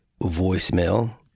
voicemail